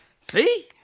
See